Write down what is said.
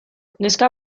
neska